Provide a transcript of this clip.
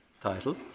title